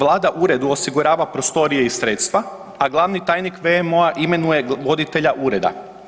Vlada Uredu osigurava prostorije i sredstva, a glavni tajnik WMO-a imenuje voditelja Ureda.